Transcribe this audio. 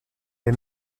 les